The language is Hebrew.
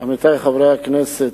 עמיתי חברי הכנסת,